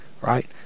Right